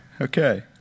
Okay